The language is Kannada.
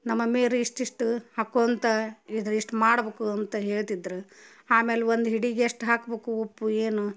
ನಮ್ಮ ಮಮ್ಮಿಯರು ಇಷ್ಟಿಷ್ಟು ಹಾಕೊತ ಇದು ಇಷ್ಟು ಮಾಡ್ಬೇಕು ಅಂತ ಹೇಳ್ತಿದ್ರು ಆಮೇಲೆ ಒಂದು ಹಿಡಿಗೆ ಎಷ್ಟು ಹಾಕ್ಬೇಕು ಉಪ್ಪು ಏನು